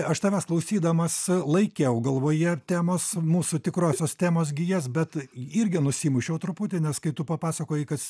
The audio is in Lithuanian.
aš tavęs klausydamas laikiau galvoje temos mūsų tikrosios temos gijas bet irgi nusimušiau truputį nes kai tu papasakojai kad